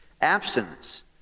Abstinence